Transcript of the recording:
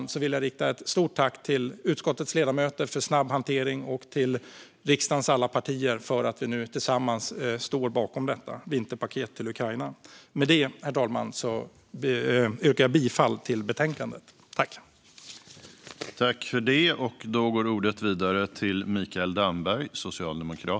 Jag vill återigen rikta ett stort tack till utskottets ledamöter för snabb hantering och till riksdagens alla partier för att vi nu tillsammans står bakom detta vinterpaket till Ukraina. Med det, herr talman, yrkar jag bifall till utskottets förslag i betänkandet.